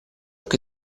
che